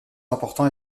important